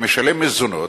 שמשלם מזונות,